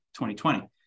2020